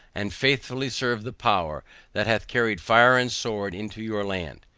and faithfully serve the power that hath carried fire and sword into your land?